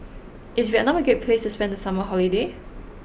is Vietnam a great place to spend the summer holiday